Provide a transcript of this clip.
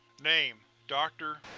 name dr.